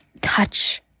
touch